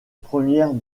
première